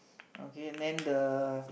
okay then the